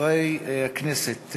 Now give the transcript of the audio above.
חברי הכנסת,